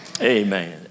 Amen